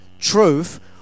truth